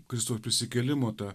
kristaus prisikėlimo tą